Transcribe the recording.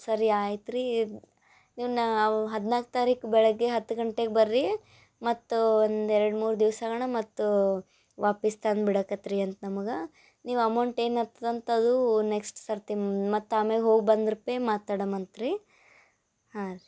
ಸರಿ ಆಯ್ತು ರೀ ನೀವ್ನ ಅವ್ ಹದಿನಾಲ್ಕು ತಾರೀಖು ಬೆಳಗ್ಗೆ ಹತ್ತು ಗಂಟೆಗೆ ಬನ್ರಿ ಮತ್ತು ಒಂದು ಎರಡು ಮೂರು ದಿವಸಗಣ ಮತ್ತು ವಾಪಸ್ ತಂದು ಬಿಡಕ್ಕತ್ರೀ ಅಂತ ನಮಗ ನೀವು ಅಮೌಂಟ್ ಏನು ಆಗ್ತದಂತದು ನೆಕ್ಸ್ಟ್ ಸರ್ತಿ ಮತ್ತು ಆಮ್ಯಾಲ್ ಹೋಗಿ ಬಂದ್ರ್ಪೇ ಮಾತಾಡಣಂತ್ರಿ ಹಾಂ ರಿ